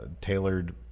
tailored